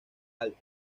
alta